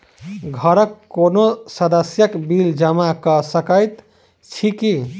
घरक कोनो सदस्यक बिल जमा कऽ सकैत छी की?